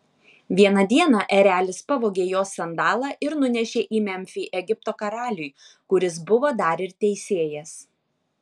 vieną dieną erelis pavogė jos sandalą ir nunešė į memfį egipto karaliui kuris buvo dar ir teisėjas